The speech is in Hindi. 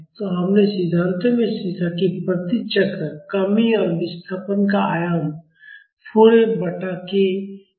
तो हमने सिद्धांत में सीखा है कि प्रति चक्र कमी और विस्थापन का आयाम 4 F बटा k है